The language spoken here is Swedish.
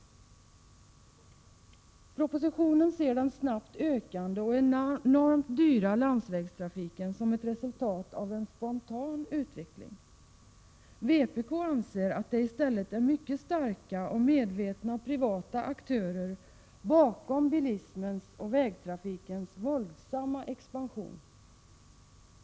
Enligt propositionen är den snabbt ökande och enormt dyra landsvägstrafiken ett resultat av en spontan utveckling. Vpk anser att det i stället är mycket starka och medvetna privata aktörer som ligger bakom bilismens och vägtrafikens våldsamma expansion.